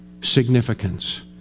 significance